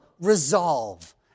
resolve